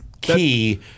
key